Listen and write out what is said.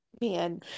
Man